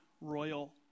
royal